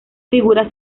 figuras